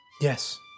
Yes